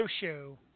Show